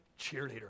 cheerleader